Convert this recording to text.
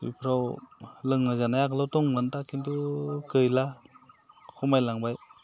इफ्राव लोंनाय जानाय आगोलाव दंमोन दा खिन्थु गैला खमायलांबाय